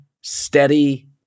steady